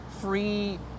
free